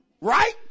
Right